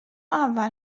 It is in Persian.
اول